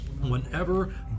whenever